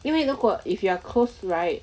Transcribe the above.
因为如果 if you are close right